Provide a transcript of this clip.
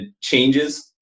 changes